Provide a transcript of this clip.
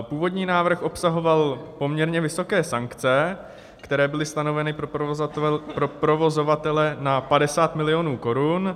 Původní návrh obsahoval poměrně vysoké sankce, které byly stanoveny pro provozovatele na 50 milionů korun.